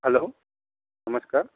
hello नमस्कार